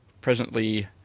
presently